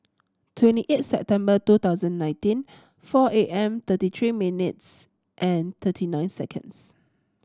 twenty eight September two thousand nineteen four A M thirty tree minutes and thirty nine seconds